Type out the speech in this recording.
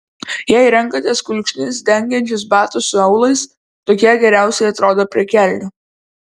jei renkatės kulkšnis dengiančius batus su aulais tokie geriausiai atrodo prie kelnių